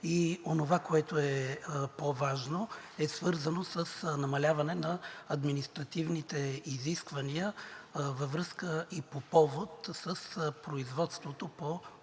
Онова, което е по-важно, е свързано с намаляване на административните изисквания във връзка и по повод производството по отпускане